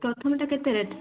ପ୍ରଥମଟା କେତେ ରେଟ୍